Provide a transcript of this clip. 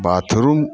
bathroom